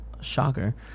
Shocker